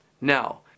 Now